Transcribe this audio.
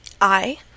I